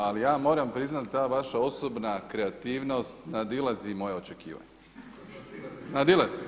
Ali ja moram priznati ta vaša osobna kreativnost nadilazi moja očekivanja, nadilazi.